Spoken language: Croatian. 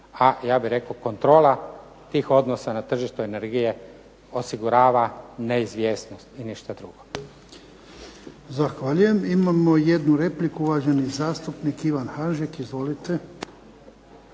a ja bih rekao kontrola tih odnosa na tržištu energije osigurava neizvjesnost i ništa drugo. **Jarnjak, Ivan (HDZ)** Zahvaljujem. Imamo jednu repliku, uvaženi zastupnik Ivan Hanžek. Izvolite.